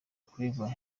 clever